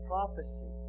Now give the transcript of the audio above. Prophecy